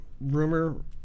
rumor